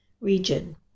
region